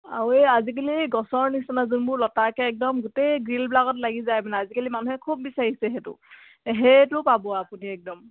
আৰু এই আজিকালি গছৰ নিচিনা যোনবোৰ লতাকৈ একদম গোটেই গ্ৰিলবিলাকত লাগি যায় মানে আজিকালি মানুহে খুব বিচাৰিছে সেইটো সেইটো পাব আপুনি একদম